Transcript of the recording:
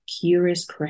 curious